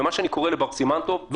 ומה שאני קורא לבר סימן טוב,